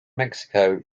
mexico